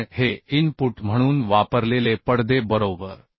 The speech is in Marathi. आपण हे इनपुट म्हणून वापरलेले पडदे बरोबर